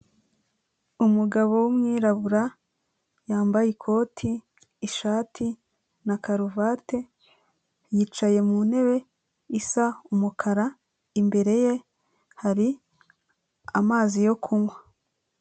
Umugabo w'umwirabura yambaye ikoti, ishati na karuvati, yicaye mu ntebe isa umukara imbere ye hari amazi yo kunywa.